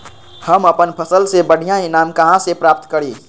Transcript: हम अपन फसल से बढ़िया ईनाम कहाँ से प्राप्त करी?